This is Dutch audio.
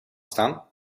staan